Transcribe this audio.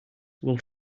will